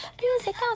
Music